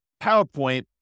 PowerPoint